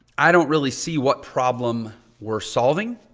i don't really see what problem we're solving.